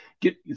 get